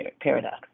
paradox